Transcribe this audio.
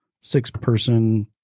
six-person